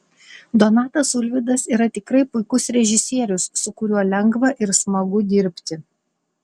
donatas ulvydas yra tikrai puikus režisierius su kuriuo lengva ir smagu dirbti